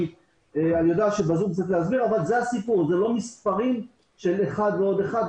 זה לא מספרים של אחד ועוד אחד.